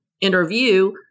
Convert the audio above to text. interview